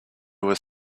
was